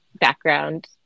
background